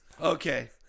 okay